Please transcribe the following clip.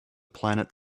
planet